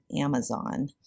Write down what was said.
Amazon